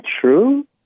true